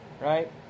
right